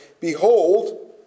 Behold